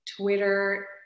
Twitter